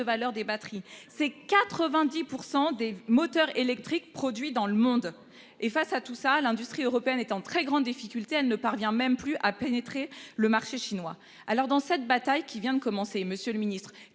valeur des batteries c'est 90% des moteurs électriques produits dans le monde, et face à tout ça. L'industrie européenne est en très grande difficulté, elle ne parvient même plus à pénétrer le marché chinois. Alors dans cette bataille qui vient de commencer, Monsieur le Ministre